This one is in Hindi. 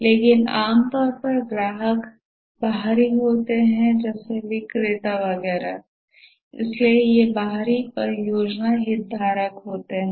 लेकिन आम तौर पर ग्राहक बाहरी होते हैं जैसे विक्रेता वगैरह इसलिए ये बाहरी परियोजना हितधारक होते हैं